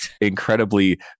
incredibly